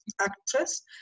actress